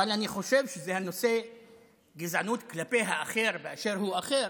אבל אני חושב שנושא הגזענות כלפי האחר באשר הוא אחר,